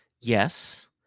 yes